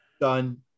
Done